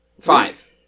Five